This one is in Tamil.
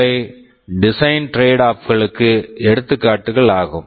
இவை டிசைன் ட்ரேட்ஆப் Design Tradeoff களுக்கு எடுத்துக்காட்டுகள் ஆகும்